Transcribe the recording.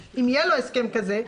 כמה אנשים שיש להם יחסי עובד-מעביד.